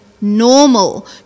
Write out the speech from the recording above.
normal